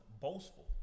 boastful